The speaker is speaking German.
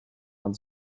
man